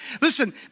Listen